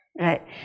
right